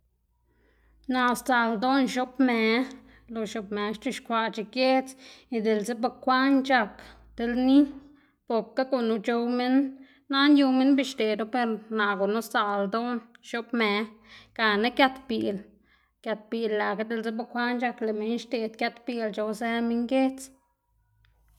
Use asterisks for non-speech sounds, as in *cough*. *noise* naꞌ sdzaꞌl ldoná x̱oꞌb më lo x̱ob më c̲h̲uxkwaꞌc̲h̲e giedz *noise* y diꞌltse bekwaꞌn c̲h̲ak ti lni boka gunu c̲h̲ow minn nana yu minn be xdeꞌdu per naꞌ gunu sdzaꞌl ldoná x̱oꞌb më gana giat biꞌl, giat biꞌl lëꞌkga diꞌltse bukwaꞌn c̲h̲ak lëꞌ minn xdeꞌd giat biꞌl c̲h̲owzë minn giedz. *noise*